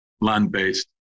land-based